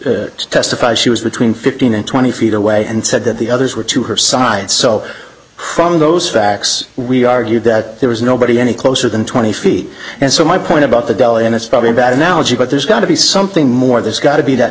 it testified she was between fifteen and twenty feet away and said that the others were to her side so from those facts we argued that there was nobody any closer than twenty feet and so my point about the deli and it's probably a bad analogy but there's got to be something more there's got to be that